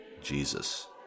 Jesus